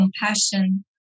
Compassion